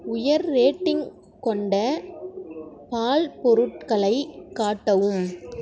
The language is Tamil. உயர் ரேட்டிங் கொண்ட பால் பொருட்களைக் காட்டவும்